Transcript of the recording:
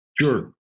Sure